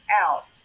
out